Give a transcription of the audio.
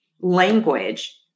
language